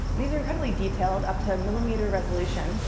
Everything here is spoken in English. these are incredibly detailed, up to a millimeter resolution,